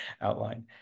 outline